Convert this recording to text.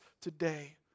today